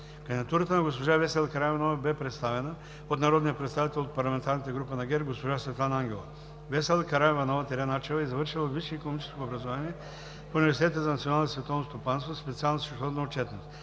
Кандидатурата на госпожа Весела Караиванова бе представена от народния представител от парламентарната група на ГЕРБ госпожа Светлана Ангелова. Весела Караиванова-Начева е завършила висше икономическо образование в Университета за национално и световно стопанство, специалност „Счетоводна отчетност“.